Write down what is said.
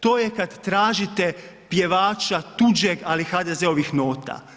To je kad tražite pjevača tuđeg, ali HDZ-ovih nota.